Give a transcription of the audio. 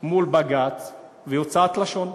9D מול בג"ץ והוצאת לשון.